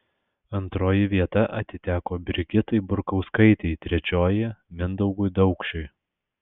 antroji vieta atiteko brigitai burkauskaitei trečioji mindaugui daukšiui